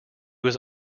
was